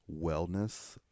wellness